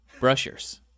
brushers